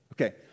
Okay